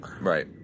right